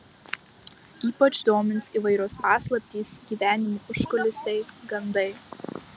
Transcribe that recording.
ypač domins įvairios paslaptys gyvenimo užkulisiai gandai